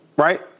Right